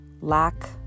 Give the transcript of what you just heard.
lack